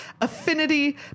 affinity